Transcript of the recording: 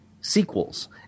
sequels